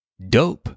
Dope